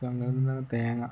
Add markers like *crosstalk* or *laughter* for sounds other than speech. *unintelligible* തേങ്ങ